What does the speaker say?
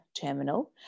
terminal